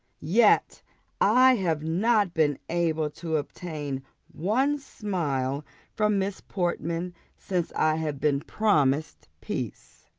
yet i have not been able to obtain one smile from miss portman since i have been promised peace.